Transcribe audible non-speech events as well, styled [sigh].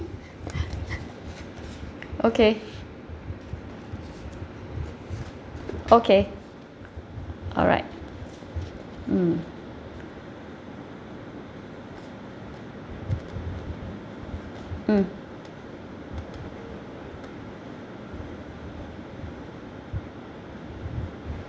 [laughs] okay okay all right mm mm